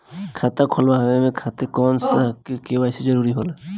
खाता खोलवाये खातिर कौन सा के.वाइ.सी जरूरी होला?